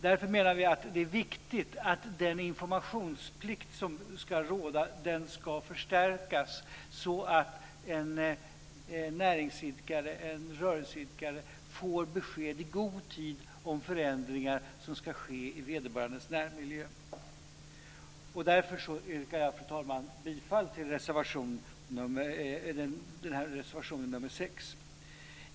Därför menar vi att det är viktigt att den informationsplikt som ska råda förstärks så att en näringsidkare, en rörelseidkare, får besked i god tid om förändringar som ska ske i vederbörandes närmiljö. Därför, fru talman, yrkar jag bifall till reservation 6.